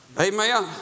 Amen